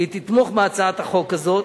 היא תתמוך בהצעת החוק הזאת.